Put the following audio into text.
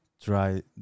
try